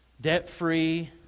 debt-free